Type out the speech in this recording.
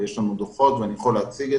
יש לנו דוחות שאני יכול להציג,